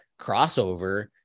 crossover